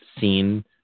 seen